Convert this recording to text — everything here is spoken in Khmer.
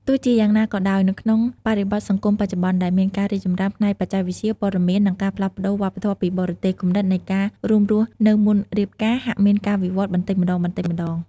ទោះជាយ៉ាងណាក៏ដោយ នៅក្នុងបរិបទសង្គមបច្ចុប្បន្នដែលមានការរីកចម្រើនផ្នែកបច្ចេកវិទ្យា ព័ត៌មាន និងការផ្លាស់ប្តូរវប្បធម៌ពីបរទេស គំនិតនៃការរួមរស់នៅមុនរៀបការហាក់មានការវិវត្តបន្តិចម្ដងៗ។